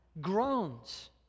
groans